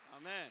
Amen